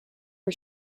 for